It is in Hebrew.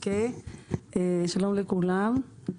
שלום לכולם.